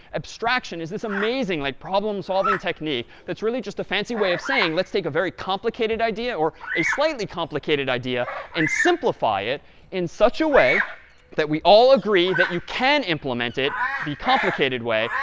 abstraction is this amazing like problem solving technique that's really just a fancy way of saying let's take a very complicated idea, or a slightly complicated idea and simplify it in such a way that we all agree that you can implement it the complicated way,